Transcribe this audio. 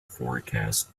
forecast